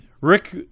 rick